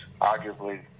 arguably